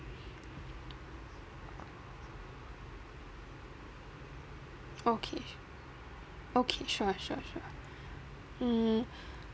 okay okay sure sure sure mm